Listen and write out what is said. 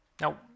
Now